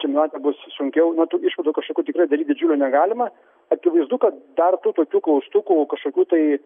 čempionate bus sunkiau na tų išvadų kažkokių tikrai daryt didžiulių negalima akivaizdu kad dar tų tokių klaustukų kažkokių tai